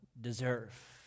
deserve